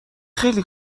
خیلی